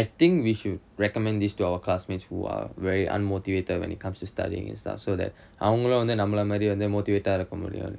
I think we should recommend this to our classmates who are very unmotivated when it comes to studying and stuff so that அவங்களும் வந்து நம்மள மாரி வந்து:avangalum vanthu nammala maari vanthu motivate இருக்க முடியும்:irukka mudiyum